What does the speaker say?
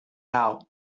out